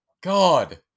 god